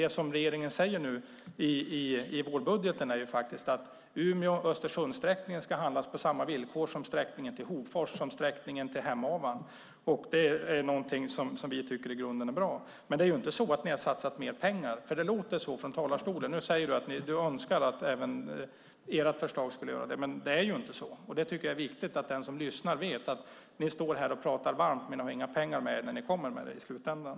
Det som regeringen säger i vårbudgeten är att sträckan Umeå-Östersund ska upphandlas på samma villkor som sträckan till Hofors och till Hemavan, och det är någonting som vi tycker är i grunden bra. Men det är inte så att ni har satsat mer pengar, även om det låter så från talarstolen. Nu säger du att du önskar att även ni i ert förslag skulle göra det, men det är inte så. Jag tycker att det är viktigt att den som lyssnar vet att ni står här och talar varmt men att ni inte har några pengar att komma med i slutändan.